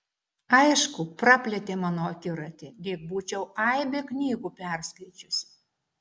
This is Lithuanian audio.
aišku praplėtė mano akiratį lyg būčiau aibę knygų perskaičiusi